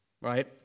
Right